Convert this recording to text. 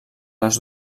les